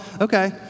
Okay